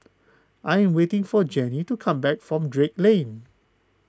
I am waiting for Janey to come back from Drake Lane